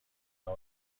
نام